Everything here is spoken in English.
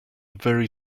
very